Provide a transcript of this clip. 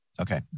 Okay